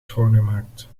schoongemaakt